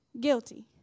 Guilty